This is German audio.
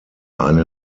eine